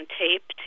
tape